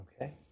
Okay